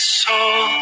soul